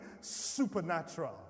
supernatural